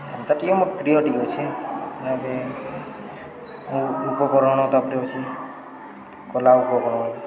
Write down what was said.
ଯଦିଓ ମୋର୍ ପ୍ରିୟ ଟିିକେ ଅଛି ଏବେ ମୁଁ ଉପକରଣ ତାପରେ ଅଛି କଲା ଉପକରଣଟି